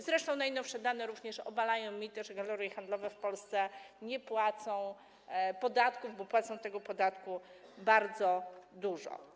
Zresztą najnowsze dane również obalają mity, że galerie handlowe w Polsce nie płacą podatku, bo płacą, i to płacą bardzo dużo.